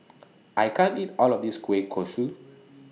I can't eat All of This Kueh Kosui